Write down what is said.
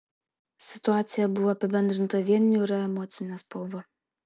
situacija buvo apibendrinta vien niūria emocine spalva